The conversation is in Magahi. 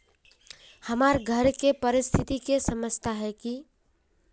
हमर घर के परिस्थिति के समझता है की?